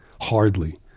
hardly